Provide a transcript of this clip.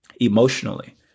emotionally